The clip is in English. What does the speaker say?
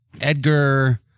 Edgar